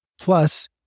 Plus